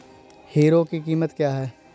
Hero की कीमत क्या है?